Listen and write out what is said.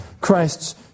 Christ's